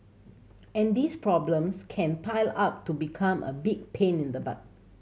and these problems can pile up to become a big pain in the butt